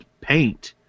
paint